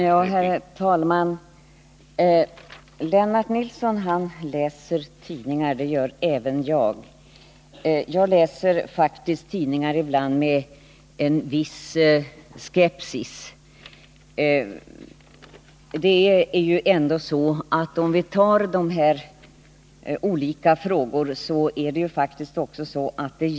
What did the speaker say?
Herr talman! Lennart Nilsson läser tidningar, och det gör även jag. Jag läser faktiskt ibland tidningar med en viss skepsis.